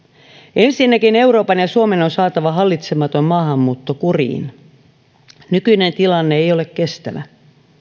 ensinnäkin euroopan ja suomen on saatava hallitsematon maahanmuutto kuriin nykyinen tilanne ei ole kestävä